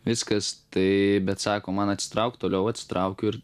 viskas tai bet sako man atsitraukt toliau atsitraukiu ir